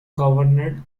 governed